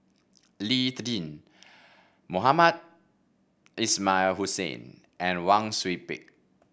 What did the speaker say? Lee Tjin Mohamed Ismail Hussain and Wang Sui Pick